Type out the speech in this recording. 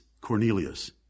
Cornelius